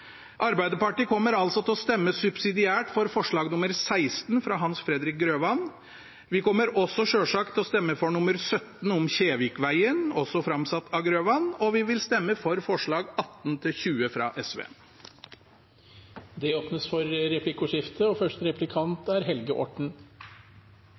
Arbeiderpartiet kommer til å stemme subsidiært for forslag nr. 16, som settes fram av Hans Fredrik Grøvan. Vi kommer også selvsagt til å stemme for forslag nr. 17, om Kjevikveien, også framsatt av Grøvan, og vi vil stemme for forslagene nr. 18–20, fra SV. Representanten Sverre Myrli har tatt opp de forslagene han refererte til. Det blir replikkordskifte.